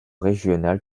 régionales